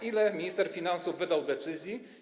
Ile minister finansów wydał decyzji?